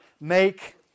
Make